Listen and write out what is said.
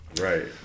Right